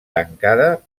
tancada